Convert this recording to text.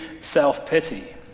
self-pity